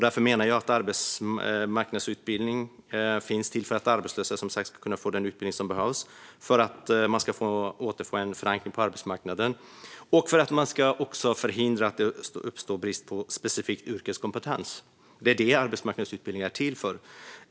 Jag menar att arbetsmarknadsutbildning finns till för att arbetslösa ska kunna få den utbildning som behövs för att återfå en förankring på arbetsmarknaden och för att man ska förhindra att det uppstår brist på specifik yrkeskompetens. Det är det som arbetsmarknadsutbildning är till för.